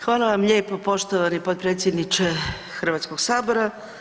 Hvala vam lijepo poštovani potpredsjedniče Hrvatskog sabora.